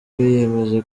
biyemeje